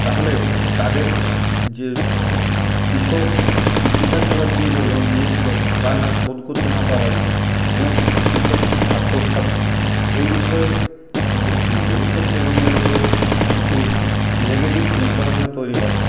তাহলে তাদের যে কৃষক কৃষিকাজ করার জন্য যে লোন নিয়েছিলো তা না সোদ করতে না পারায় অনেক কৃষক আত্মহত্যা করে এই বিষয়ে যে ভবিষ্যৎ প্রজন্মের উপর কিছু নেগেটিভ চিন্তাভাবনা তৈরি হয়